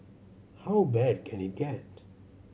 how bad can it get